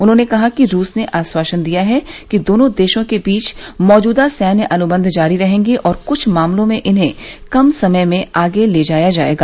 उन्होंने कहा कि रूस ने आश्वासन दिया है कि दोनों देशों के बीच मौजूदा सैन्य अनुबंध जारी रहेगे और कुछ मामलों में इन्हें कम समय में आगे ले जाया जाएगा